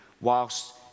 whilst